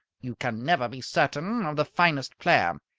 you can never be certain of the finest player.